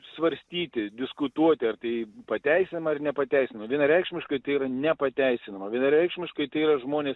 svarstyti diskutuoti ar tai pateisina ar nepateisina vienareikšmiškai tai yra nepateisinama vienareikšmiškai tai yra žmonės